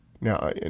now